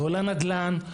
לא לנדל"ן,